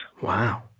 Wow